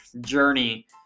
journey